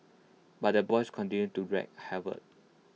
but the boys continued to wreak havoc